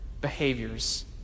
behaviors